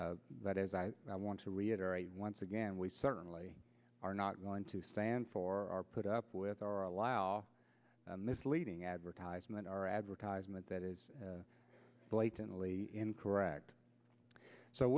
that is i want to reiterate once again we certainly are not going to stand for put up with or allow misleading advertisement or advertisement that is blatantly incorrect so